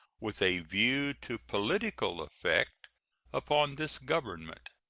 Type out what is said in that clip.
with a view to political effect upon this government.